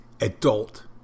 adult